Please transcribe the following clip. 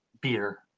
Beer